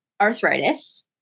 arthritis